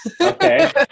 Okay